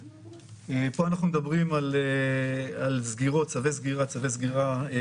פה אנחנו מדברים על צווי סגירה מינהליים.